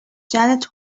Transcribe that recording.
janet